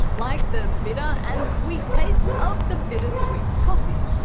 like the bitter and sweet tastes of the bittersweet toffee.